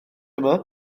yma